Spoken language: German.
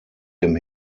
dem